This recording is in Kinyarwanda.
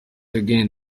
again